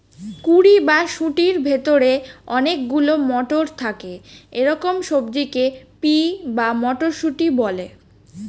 কুঁড়ি বা শুঁটির ভেতরে অনেক গুলো মটর থাকে এরকম সবজিকে পি বা মটরশুঁটি বলে